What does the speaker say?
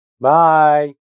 Bye